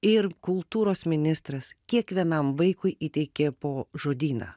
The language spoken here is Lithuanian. ir kultūros ministras kiekvienam vaikui įteikė po žodyną